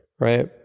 right